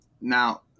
Now